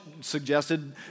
suggested